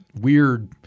weird